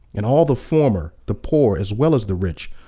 and all the former, the poor as well as the rich,